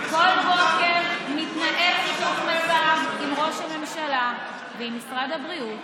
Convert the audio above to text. כל בוקר מתנהל חיתוך מצב עם ראש הממשלה ועם משרד הבריאות